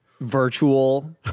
virtual